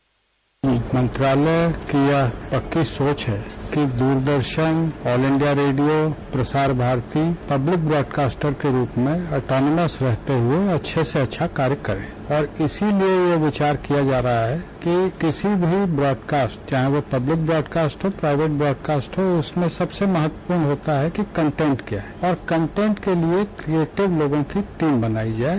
bite मंत्रालय की यह पक्की सोच है कि Doordarshan all India radio Prasar Bharati public broadcaster के रूप में स्टर्नस के रूप में रहते हुए अच्छे से अच्छा कार्य करे और इसलिए यह विचार किया जा रहा है कि किसी भी ब्राडकास्ट चाहे वह पब्लिक ब्राडकास्ट हो प्राइवेट बाडकास्ट हो उसमें सबसे महत्वपूर्ण होता है कि कंटेंट क्या है और कंटेंट के लिये एक क्रियेटिव लेवल की टीम बनाई जाये